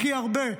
הכי הרבה.